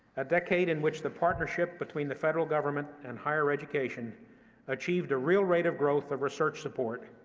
a decade in which the partnership between the federal government and higher education achieved a real rate of growth of research support,